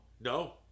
No